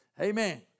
amen